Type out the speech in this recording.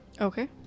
Okay